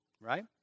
right